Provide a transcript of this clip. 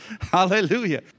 Hallelujah